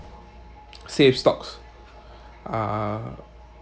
safe stocks uh